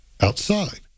Outside